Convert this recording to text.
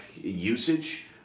usage